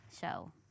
show